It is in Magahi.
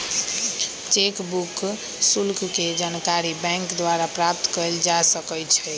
चेक बुक शुल्क के जानकारी बैंक द्वारा प्राप्त कयल जा सकइ छइ